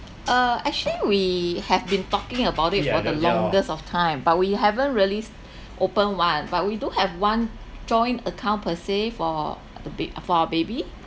uh actually we have been talking about it for the longest of time but we haven't really open one but we do have one joint account per se for the ba~ for our baby